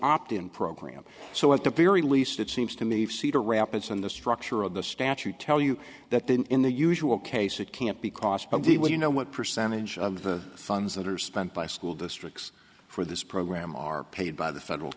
opt in program so at the very least it seems to me cedar rapids and the structure of the statute tell you that then in the usual case it can't be cost but the well you know what percentage of the funds that are spent by school districts for this program are paid by the federal